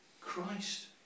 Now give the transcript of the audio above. Christ